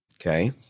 Okay